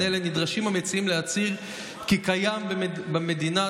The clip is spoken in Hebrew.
אלה נדרשים המציעים להצהיר כי קיים במדינת